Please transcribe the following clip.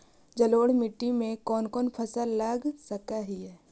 जलोढ़ मिट्टी में कौन कौन फसल लगा सक हिय?